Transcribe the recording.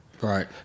Right